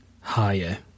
Higher